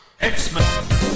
X-Men